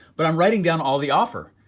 but i'm writing down all the offer,